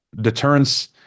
deterrence